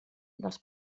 dels